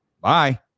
Bye